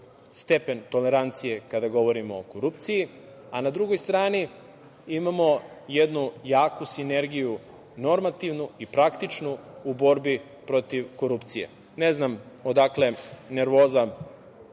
stepen tolerancije kada govorimo o korupciji, a na drugo strani imamo jednu jaku sinergiju normativnu i praktičnu u borbi protiv korupcije. Ne znam odakle nervoza